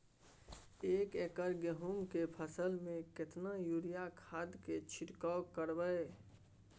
एक एकर गेहूँ के फसल में केतना यूरिया खाद के छिरकाव करबैई?